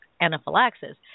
anaphylaxis